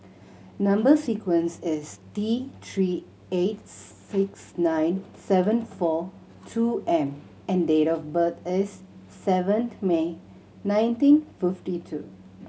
number sequence is T Three eight six nine seven four two M and date of birth is seventh May nineteen fifty two